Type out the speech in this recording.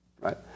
right